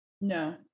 No